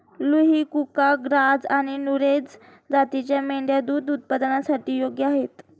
लुही, कुका, ग्राझ आणि नुरेझ जातींच्या मेंढ्या दूध उत्पादनासाठी योग्य आहेत